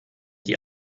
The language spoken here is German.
die